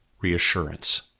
reassurance